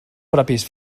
propis